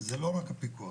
זה לא רק הפיקוח,